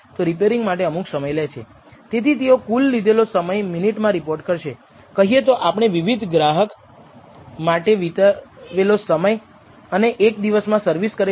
તેથી વિતરણ થોડું બદલાય છે તે સામાન્ય વિતરણ નથી પરંતુ t વિતરણ છે અને તે જ અહીં આપણને સૂચવવામાં આવ્યું છે